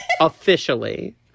Officially